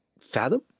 fathom